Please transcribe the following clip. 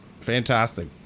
Fantastic